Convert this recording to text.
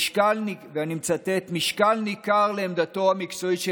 ואני מצטט: "משקל ניכר לעמדתו המקצועית של